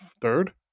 Third